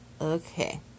Okay